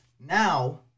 now